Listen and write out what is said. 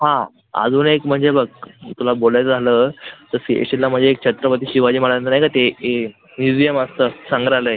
हां आजून एक म्हणजे बघ तुला बोलायचं झालं तर सी एस टीला म्हणजे एक छत्रपती शिवाजी महाराजांचं नाही का ते हे म्युजियम असतं संग्रहालय